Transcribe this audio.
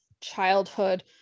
childhood